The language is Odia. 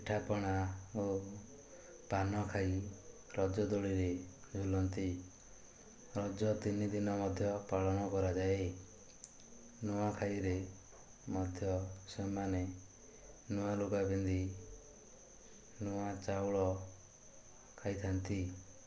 ପିଠାପଣା ଓ ପାନ ଖାଇ ରଜଦୋଳିରେ ଝୁଲନ୍ତି ରଜ ତିନି ଦିନ ମଧ୍ୟ ପାଳନ କରାଯାଏ ନୂଆଖାଇରେ ମଧ୍ୟ ସେମାନେ ନୂଆ ଲୁଗା ପିନ୍ଧି ନୂଆ ଚାଉଳ ଖାଇଥାନ୍ତି